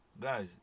guys